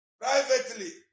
privately